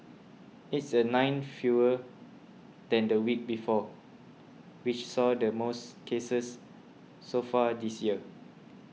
it's the nine fewer than the week before which saw the most cases so far this year